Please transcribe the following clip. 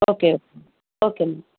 okay okay అండి